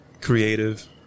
creative